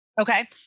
Okay